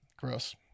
gross